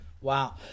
Wow